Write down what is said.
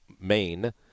main